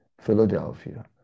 Philadelphia